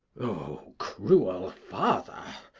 o cruel father!